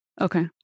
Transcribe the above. okay